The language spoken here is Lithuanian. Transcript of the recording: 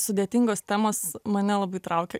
sudėtingos temos mane labai traukia